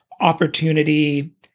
opportunity